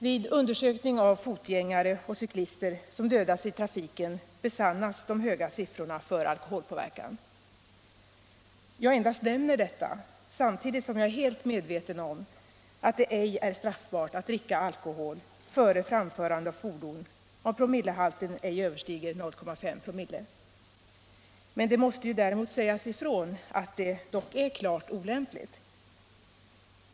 Vid undersökning av fotgängare och cyklister som dödats i trafiken besannas de höga siffrorna för alkoholpåverkan. Jag nämnde detta samtidigt som jag är helt medveten om att det ej är straffbart att dricka alkohol före framförande av fordon om alkoholhalten ej överstiger 0,5 promille. Men det måste sägas ifrån att det är klart olämpligt.